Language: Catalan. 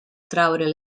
traure